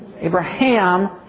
Abraham